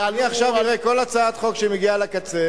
אני עכשיו אראה: כל הצעת חוק שמגיעה לקצה